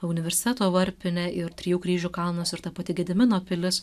universiteto varpinė ir trijų kryžių kalnas ir ta pati gedimino pilis